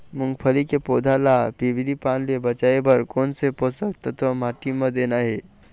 मुंगफली के पौधा ला पिवरी पान ले बचाए बर कोन से पोषक तत्व माटी म देना हे?